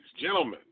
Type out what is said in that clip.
gentlemen